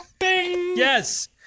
Yes